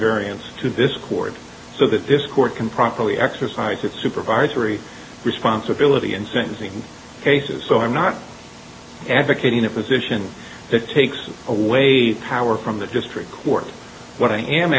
variance to this court so that this court can properly exercise its supervisory responsibility in sentencing cases so i'm not advocating a position that takes away a power from the district court what i am